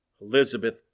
Elizabeth